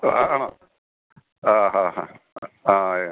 അ ആണോ ആ ഹാ ഹാ ആ